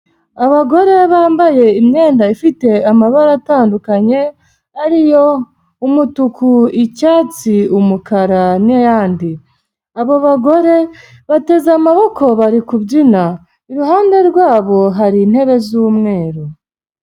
Abagore bambaye imyenda ifite amabara atandukanye ari yo umutuku icyatsi umukara n'ayandi, abo bagore bateze amaboko bari kubyina, iruhande rwabo hari intebe z'umweru.